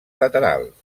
laterals